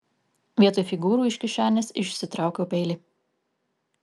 vietoj figūrų iš kišenės išsitraukiau peilį